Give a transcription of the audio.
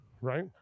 right